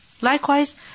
Likewise